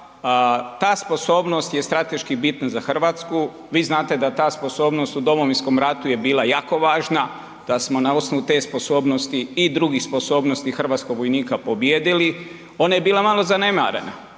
ta sposobnost je strateški bitna za Hrvatsku. Vi znate da ta sposobnost u Domovinskom ratu je bila jako važna, da smo na osnovu te sposobnosti i drugih sposobnosti hrvatskog vojnika pobijedili. Ona je bila malo zanemarena